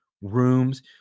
rooms